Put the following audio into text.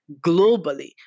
globally